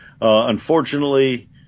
Unfortunately